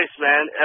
man